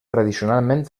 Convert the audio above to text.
tradicionalment